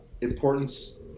importance